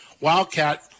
Wildcat